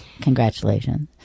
Congratulations